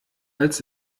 als